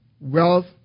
Wealth